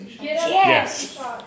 Yes